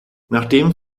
nachdem